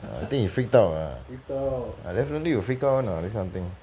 ya I think he freaked out ah ah definitely will freak out [one] [what] this kind of thing